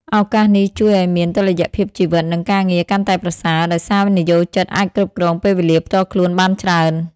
ឱកាសនេះជួយឱ្យមាន តុល្យភាពជីវិត និងការងារ កាន់តែប្រសើរ ដោយសារនិយោជិតអាចគ្រប់គ្រងពេលវេលាផ្ទាល់ខ្លួនបានច្រើន។